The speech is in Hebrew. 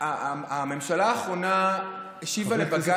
הממשלה האחרונה השיבה לבג"ץ,